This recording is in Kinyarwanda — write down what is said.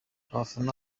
abafana